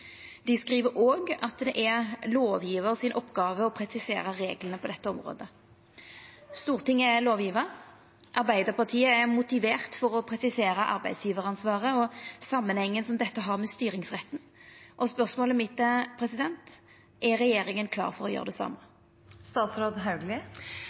Dei skriv òg at det er lovgjevar si oppgåve å presisera reglane på dette området. Stortinget er lovgjevar. Arbeidarpartiet er motivert for å presisera arbeidsgjevaransvaret og samanhengen som dette har med styringsretten. Spørsmålet mitt er: Er regjeringa klar for å gjera det same?